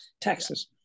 taxes